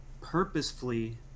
purposefully